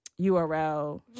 URL